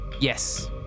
Yes